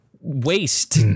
waste